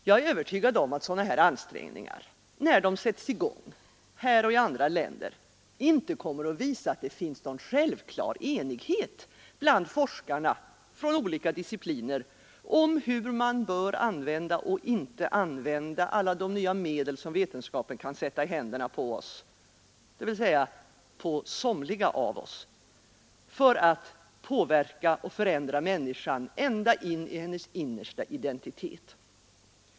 Jag är övertygad om att sådana ansträngningar, när de sätts i gång här och i andra länder, inte kommer att visa att det finns någon självklar enighet bland forskarna från olika discipliner om hur man bör använda och inte använda alla de nya medel som vetenskapen kan sätta i händerna på oss — dvs. på somliga av oss — för att påverka och fi ända in i hennes innersta identitet.